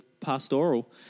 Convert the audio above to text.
pastoral